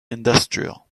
industrial